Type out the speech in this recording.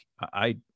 I-